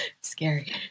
scary